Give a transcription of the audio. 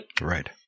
Right